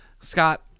Scott